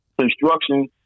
construction